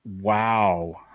wow